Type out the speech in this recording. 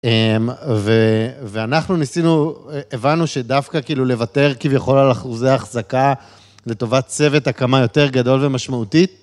ואנחנו ניסינו, הבנו שדווקא כאילו לוותר כביכול על אחוזי החזקה לטובת צוות הקמה יותר גדול ומשמעותי